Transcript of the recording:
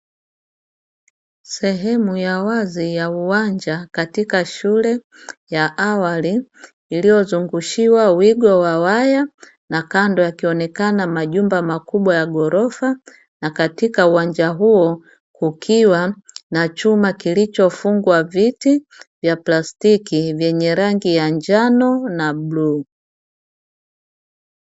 Sehemu ya wazi ya uwanja katika shule ya awali iliyozungushiwa wigo wa waya na kando yakionekana majumba makubwa ya ghorofa. Na katika uwanja huo kukiwa na chuma kilichofungwa viti vya plastiki, vyenye rangi ya njano na bluu.